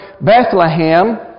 Bethlehem